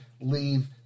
leave